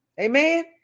Amen